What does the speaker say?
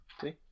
See